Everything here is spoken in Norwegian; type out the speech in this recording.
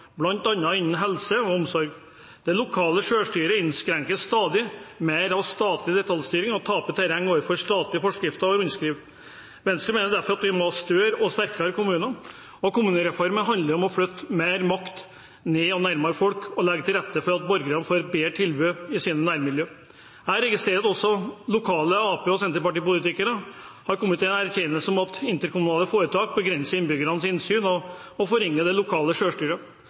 innen helse og omsorg. Det lokale selvstyret innskrenkes stadig mer av statlig detaljstyring og taper terreng overfor statlige forskrifter og rundskriv. Venstre mener derfor at vi må ha større og sterkere kommuner. Kommunereformen handler om å flytte mer makt ned og nærmere folk og legge til rette for at borgerne får bedre tilbud i sine nærmiljø. Jeg registrerer at også lokale arbeiderparti- og senterpartipolitikere har kommet til den erkjennelse at interkommunale foretak begrenser innbyggernes innsyn og forringer det lokale selvstyret. Skal man lykkes med å styrke det lokale